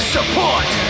Support